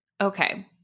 Okay